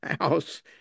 house